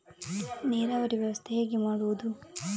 ನೀರಾವರಿ ವ್ಯವಸ್ಥೆ ಹೇಗೆ ಮಾಡುವುದು?